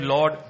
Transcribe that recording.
Lord